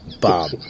Bob